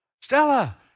Stella